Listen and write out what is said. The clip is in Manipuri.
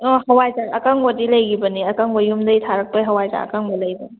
ꯑꯣ ꯍꯋꯥꯏꯖꯥꯔ ꯑꯀꯪꯕꯗꯤ ꯂꯩꯈꯤꯕꯅꯦ ꯑꯀꯪꯕ ꯌꯨꯝꯗꯩ ꯊꯥꯔꯛꯄ ꯍꯋꯥꯏꯖꯥꯔ ꯑꯀꯪꯕ ꯂꯩꯕꯅꯦ